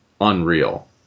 unreal